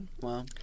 Wow